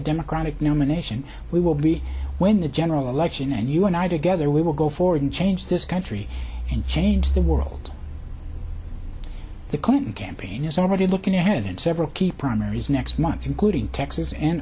democratic nomination we will be when the general election and you and i gather we will go forward and change this country and change the world the clinton campaign is already looking ahead in several key primaries next month including texas